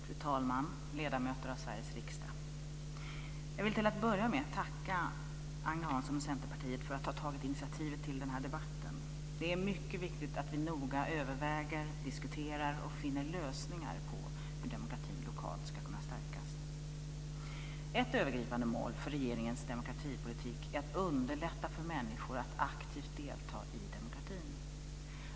Fru talman och ledamöter av Sveriges riksdag! Jag vill till att börja med tacka Agne Hansson och Centerpartiet för att ha tagit initiativet till den här debatten. Det är mycket viktigt att vi noga överväger, diskuterar och finner lösningar på hur demokratin lokalt ska kunna stärkas. Ett övergripande mål för regeringens demokratipolitik är att underlätta för människor att aktivt delta i demokratin.